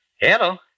Hello